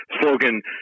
slogan